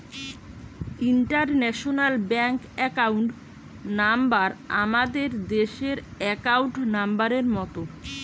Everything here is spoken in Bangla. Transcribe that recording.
ইন্টারন্যাশনাল ব্যাংক একাউন্ট নাম্বার আমাদের দেশের একাউন্ট নম্বরের মত